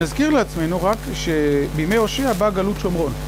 נזכיר לעצמנו רק שבימי הושע באה גלות שומרון